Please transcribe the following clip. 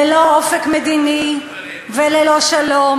ללא אופק מדיני וללא שלום,